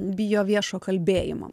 bijo viešo kalbėjimo